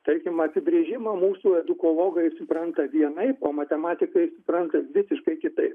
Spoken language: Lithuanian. tarkim apibrėžimą mūsų edukologai supranta vienaip o matematikai supranta visiškai kitaip